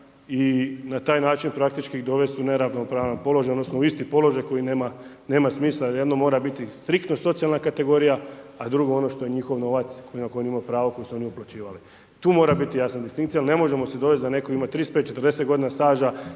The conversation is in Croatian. i na taj način praktički ih dovest u neravnopravan položaj, odnosno u isti položaj koji nema smisla. Jedno mora biti striktno socijalna kategorija, a drugo ono što je njihov novac na koji oni imaju pravo, koji su oni uplaćivali. Tu mora biti jasna distinkcija jer ne možemo se dovest da je netko imao 35, 40 godina staža